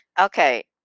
Okay